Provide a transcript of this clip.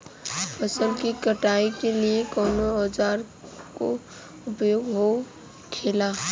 फसल की कटाई के लिए कवने औजार को उपयोग हो खेला?